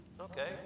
Okay